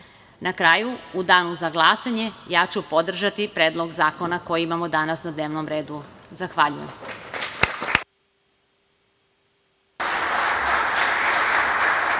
kraju, u danu za glasanje ja ću podržati Predlog zakona koji imamo danas na dnevnom redu. Zahvaljujem.